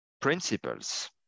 principles